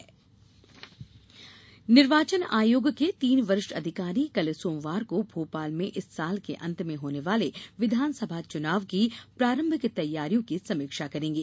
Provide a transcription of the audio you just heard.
चुनाव तैयारी निर्वाचन आयोग के तीन वरिष्ठ अधिकारी कल सोमवार को भोपाल में इस साल के अंत में होने वाले विधानसभा चुनाव की प्रारंभिक तैयारियों की समीक्षा करेंगे